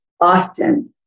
Often